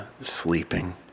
sleeping